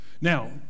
Now